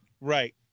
Right